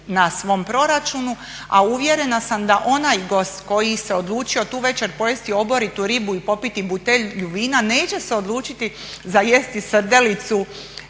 na svom proračunu, a uvjerena sam da onaj gost koji se odlučio tu večer pojesti ribu i popiti butelju vina neće se odlučiti za jesti srdelicu